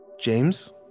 James